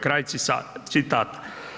Kraj citata.